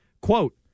Quote